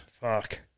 Fuck